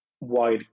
wide